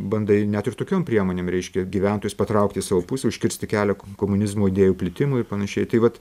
bandai net ir tokiom priemonėm reiškia gyventojus patraukti į savo pusę užkirsti kelią komunizmo idėjų plitimui ir panašiai tai vat